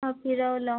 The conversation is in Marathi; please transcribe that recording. हां फिरवलं